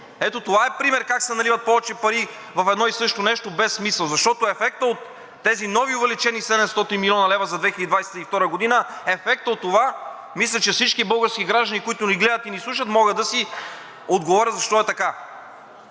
Ето това е пример как се наливат повече пари в едно и също нещо без смисъл. Защото ефектът от тези увеличени нови 700 млн. лв. за 2022 г. мисля, че всички български граждани, които ни гледат и ни слушат, могат да си отговорят защо е така.